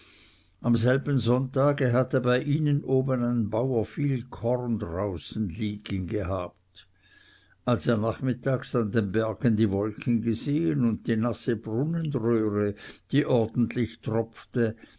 am selben sonntage hatte bei ihnen oben ein bauer viel korn draußen liegen gehabt als er nachmittags an den bergen die wolken gesehen und die nasse brunnröhre die ordentlich tropfte